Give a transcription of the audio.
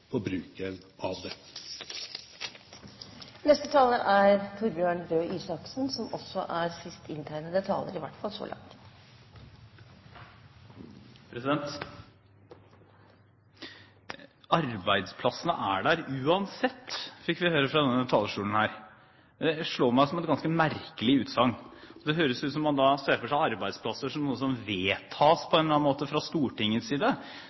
på bruken av dette. «Arbeidsplassene er jo der uansett», fikk vi høre fra denne talerstolen. Det slår meg som et ganske merkelig utsagn. Det høres ut som om man ser for seg arbeidsplasser som noe som vedtas fra Stortingets side.